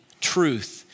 truth